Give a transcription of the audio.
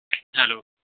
hello